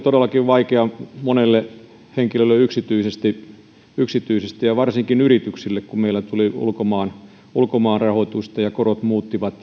todellakin vaikea monelle henkilölle yksityisesti yksityisesti ja varsinkin yrityksille kun meillä tuli ulkomaan ulkomaan rahoitusta ja korot muuttuivat